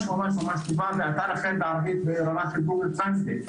ממש טובה ואתר אחר בערבית ברמה של גוגל טרנסלייט.